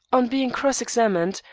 on being cross-examined,